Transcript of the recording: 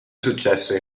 successo